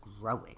growing